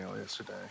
yesterday